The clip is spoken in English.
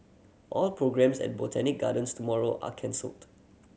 all programmes at Botanic Gardens tomorrow are cancelled